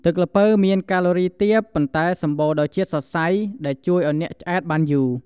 ទឹកល្ពៅមាន កាឡូរីទាប ប៉ុន្តែសម្បូរដោយជាតិសរសៃ ដែលជួយឲ្យអ្នកឆ្អែតបានយូរ។